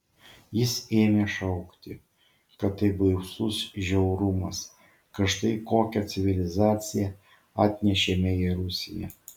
jis ėmė šaukti kad tai baisus žiaurumas kad štai kokią civilizaciją atnešėme į rusiją